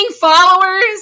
followers